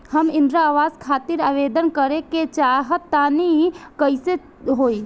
हम इंद्रा आवास खातिर आवेदन करे क चाहऽ तनि कइसे होई?